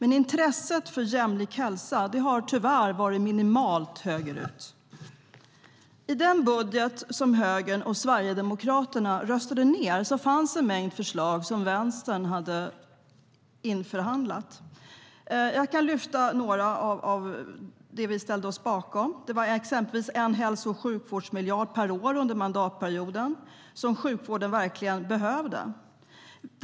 Men intresset för jämlik hälsa har tyvärr varit minimalt högerut. Till exempel var det 1 hälso och sjukvårdsmiljard per år under mandatperioden - något sjukvården verkligen behöver.